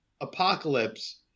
Apocalypse